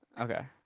okay